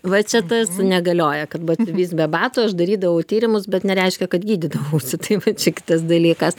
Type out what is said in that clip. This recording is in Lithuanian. va čia tas negalioja kad batsiuvys be batų aš darydavau tyrimus bet nereiškia kad gydydavausi tai va čia kitas dalykas